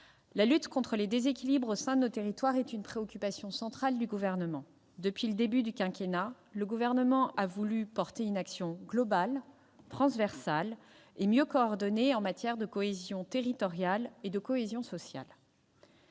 la lutte contre les déséquilibres au sein de nos territoires est une préoccupation centrale du Gouvernement. Depuis le début du quinquennat, le Gouvernement a voulu conduire une action globale, transversale et mieux coordonnée en matière de cohésion territoriale et de cohésion sociale.